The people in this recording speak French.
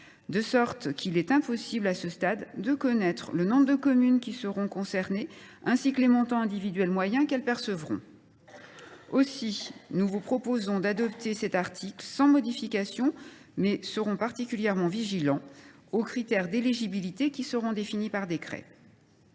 de sorte qu’il est impossible, à ce stade, de connaître le nombre de communes concernées et les montants moyens qu’elles percevront à titre individuel. Aussi, si nous vous proposons d’adopter cet article sans modification, nous serons particulièrement vigilants aux critères d’éligibilité qui seront définis par décret.